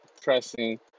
pressing